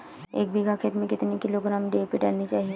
एक बीघा खेत में कितनी किलोग्राम डी.ए.पी डालनी चाहिए?